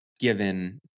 given